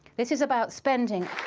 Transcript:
this is about spending.